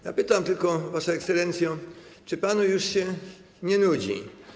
Ja pytam tylko, Wasza Ekscelencjo, czy panu już się nie nudzi.